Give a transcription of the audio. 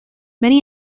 many